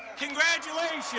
congratulations!